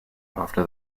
after